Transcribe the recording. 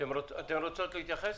אתן רוצות להתייחס?